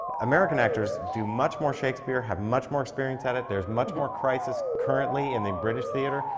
american actors do much more shakespeare, have much more experience at it. there's much more crisis currently in the british theatre.